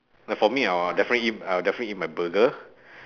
like for me I will definitely eat I will definitely eat my burger